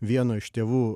vieno iš tėvų